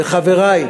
וחברי,